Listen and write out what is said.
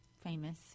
famous